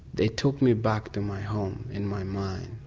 they took me back to my home in my mind,